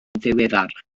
ddiweddar